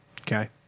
Okay